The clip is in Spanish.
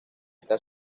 está